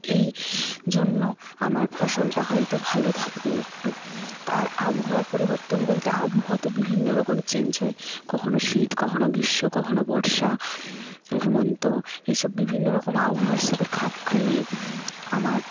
এই জন্য আমার ফসলটা হয়ত ভালো থাকবে একটু আর আবহাওয়ার পরিবর্তন বলতে আবহাওয়া তো বিভিন্ন রকম চেঞ্জ হয় কখনও শীত কখনও গ্রীষ্ম কখনও বর্ষা হেমন্ত এসব বিভিন্ন রকম আবহাওয়ার সাথে খাপ খাইয়ে আমার